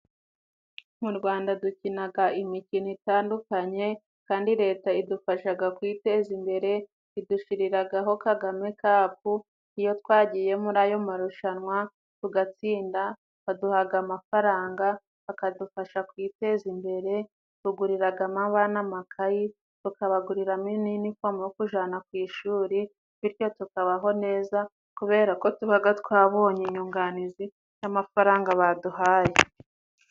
Mu Rwanda dukinaga imikino itandukanye kandi Leta idufashaga kwiteza imbere. Idushyiriragaho kagame kapu. Iyo twagiye muri ayo marushanwa tugatsinda, baduhaga amafaranga akadufasha kwiteza imbere. Tuguriragamo abana amakayi, tukabaguriramo n'inifomu zo kujana ku ishuri, bityo tukabaho neza kubera ko tubaga twabonye inyunganizi n'amafaranga baduhaye.